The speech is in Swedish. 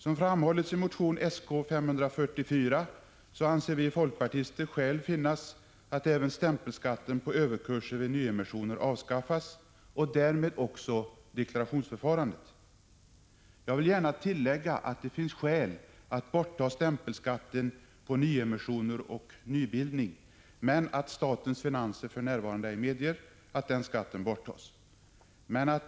Som framhålls i motion Sk544 anser vi folkpartister skäl finnas att även stämpelskatten på överkurser vid nyemissioner avskaffas och därmed också deklarationsförfarandet. Jag vill tillägga att det finns skäl för att helt bortta stämpelskatten på aktier i samband med nyemissioner och nybildningar, men att statens finanser för närvarande ej medger att den skatten borttas.